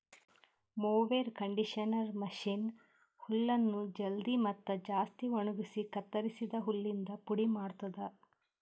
mower conditioner machine ಹುಲ್ಲನ್ನು ಜಲ್ದಿ ಮತ್ತ ಜಾಸ್ತಿ ಒಣಗುಸಿ ಕತ್ತುರಸಿದ ಹುಲ್ಲಿಂದ ಪುಡಿ ಮಾಡ್ತುದ